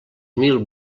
mil